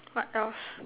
what else